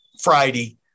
Friday